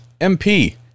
mp